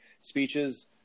speeches